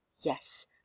yes